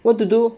what to do